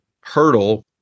hurdle